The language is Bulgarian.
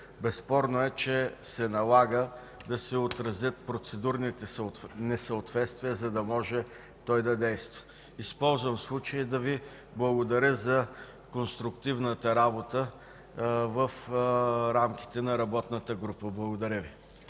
Безспорно е, че се налага да се отразят процедурните несъответствия, за да може той да действа. Използвам случая да Ви благодаря за конструктивната работа в рамките на работната група. Благодаря Ви.